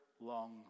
long